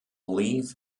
leith